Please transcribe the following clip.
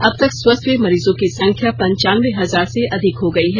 अब तक स्वस्थ हुए मरीजों की संख्या पनचानबे हजार से अधिक हो गई है